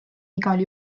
igal